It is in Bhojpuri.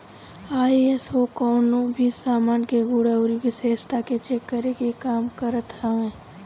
आई.एस.ओ कवनो भी सामान के गुण अउरी विशेषता के चेक करे के काम करत हवे